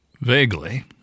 Vaguely